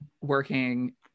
working